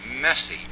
messy